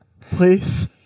please